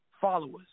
followers